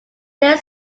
their